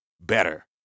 Better